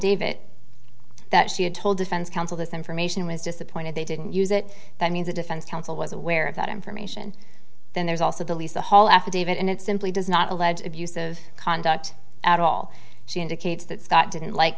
davit that she had told defense counsel this information was disappointed they didn't use it that means the defense counsel was aware of that information then there's also the lisa hall affidavit and it simply does not allege abusive conduct at all she indicates that scott didn't like